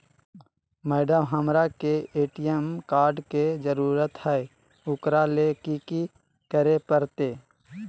Madam, हमरा के ATM card के जरूरत है ऊकरा ले की की करे परते?